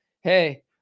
Hey